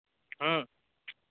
ᱦᱮᱸ